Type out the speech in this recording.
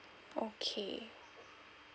okay